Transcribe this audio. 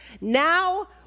Now